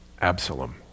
Absalom